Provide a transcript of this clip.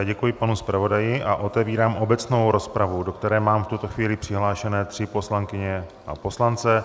Děkuji panu zpravodaji a otevírám obecnou rozpravu, do které mám v tuto chvíli přihlášené tři poslankyně a poslance.